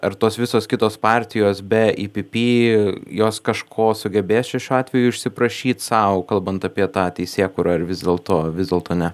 ar tos visos kitos partijos be ipipi jos kažko sugebės čia šiuo atveju išsiprašyt sau kalbant apie tą teisėkūrą ar vis dėlto vis dėlto ne